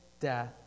death